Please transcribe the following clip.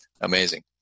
Amazing